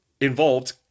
involved